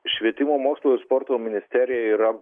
švietimo mokslo ir sporto ministerija yra